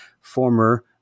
former